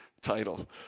title